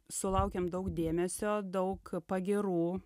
sulaukėm daug dėmesio daug pagyrų